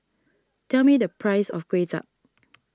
tell me the price of Kuay Chap